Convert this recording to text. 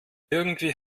irgendwie